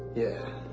yeah.